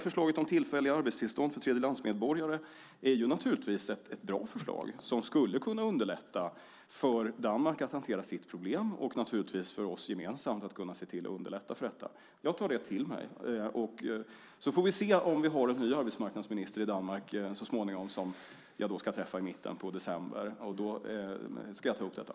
Förslaget om tillfälliga arbetstillstånd för tredjelandsmedborgare är ett bra förslag som skulle kunna underlätta för Danmark att hantera problemet och även underlätta för oss att gemensamt kunna hantera det hela. Jag tar det till mig. Sedan får vi se om vi har en ny arbetsmarknadsminister i Danmark när vi ska träffas i mitten av december. Då ska jag ta upp detta.